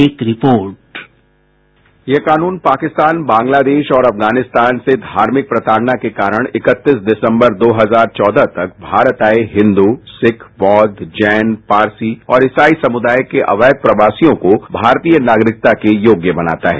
एक report bite यह कानून पाकिस्तान बांग्लादेश और अफगानिस्तान से धार्मिक प्रताड़ना के कारण एकतीस दिसम्बर दो हजार चौदह तक भारत आये हिन्दू सिख बौद्ध जैन पारसी और इसाई समुदाय के अवैध प्रवासियों को भारतीय नागरिकता के योग्य बनाता है